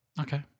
Okay